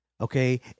Okay